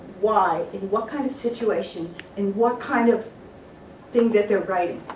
why and what kind of situation and what kind of thing that they're writing.